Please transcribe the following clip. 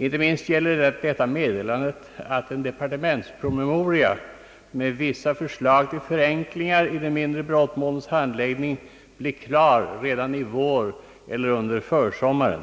Inte minst gäller detta meddelandet att en departementspromemoria med vissa förslag om förenklingar i de mindre brottmålens handläggning blir klar redan i vår eller under försommaren